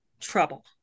trouble